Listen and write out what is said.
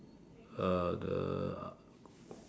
uh the